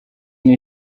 ine